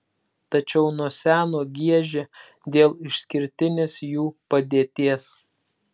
tačiau nuo seno giežė dėl išskirtinės jų padėties